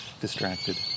distracted